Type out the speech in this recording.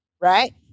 right